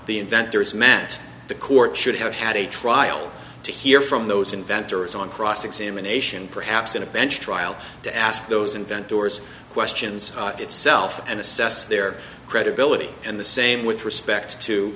the inventor is met the court should have had a trial to hear from those inventors on cross examination perhaps in a bench trial to ask those invent doors questions itself and assess their credibility and the same with respect to